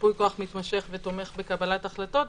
ייפוי כוח מתמשך ותומך בקבלת החלטות,